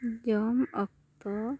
ᱡᱚᱢ ᱚᱠᱛᱚ